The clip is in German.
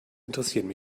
interessieren